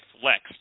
flexed